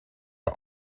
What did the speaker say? are